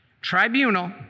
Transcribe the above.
tribunal